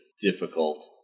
difficult